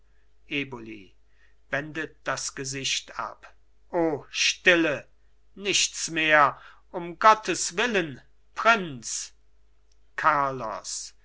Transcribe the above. eboli wendet das gesicht ab o stille nichts mehr um gottes willen prinz carlos